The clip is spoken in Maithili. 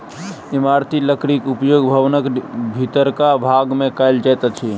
इमारती लकड़ीक उपयोग भवनक भीतरका भाग मे कयल जाइत अछि